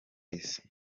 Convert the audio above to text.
isi